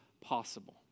possible